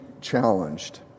challenged